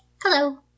Hello